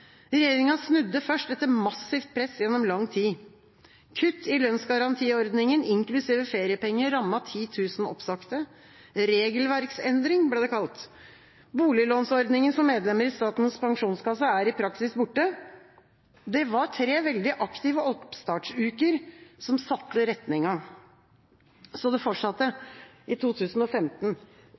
Regjeringa snudde først etter massivt press gjennom lang tid. Kutt i lønnsgarantiordningen, inklusive feriepenger, rammet 10 000 oppsagte. «Regelverksendring» ble det kalt. Boliglånsordningen for medlemmer i Statens pensjonskasse er i praksis borte. Det var tre veldig aktive oppstartsuker, som satte retningen. Det fortsatte i 2015: